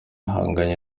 ahanganye